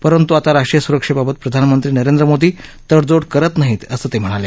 परंतु आता राष्ट्रीय सुरक्षेबाबत प्रधानमंत्री नरेंद्र मोदी तडजोड करत नाहीत असं ते म्हणाले